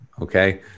okay